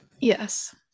yes